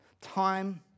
time